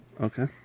Okay